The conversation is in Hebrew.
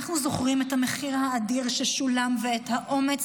אנחנו זוכרים את המחיר האדיר ששולם ואת האומץ